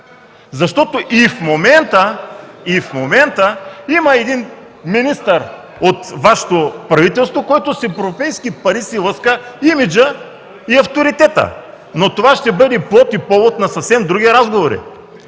Защото и в момента има един министър от Вашето правителство, който с европейски пари си лъска имиджа и авторитета, но това ще бъде плод и повод на съвсем други разговори.